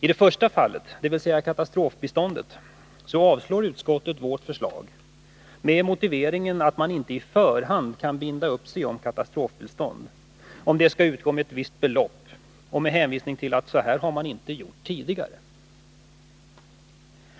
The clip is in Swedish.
I det första fallet — när det gäller katastrofbistånd — avstyrker utskottet vårt förslag med motiveringen att man inte på förhand kan binda sig för att katastrofbistånd skall utgå med ett visst belopp och att man inte har gjort som vi föreslår tidigare.